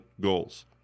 Goals